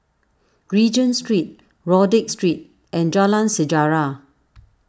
Regent Street Rodyk Street and Jalan Sejarah